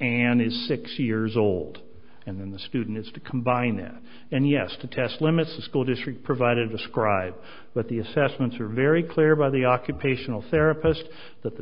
and is six years old and in the student is to combine it and yes to test limits the school district provided describe what the assessments are very clear by the occupational therapist that the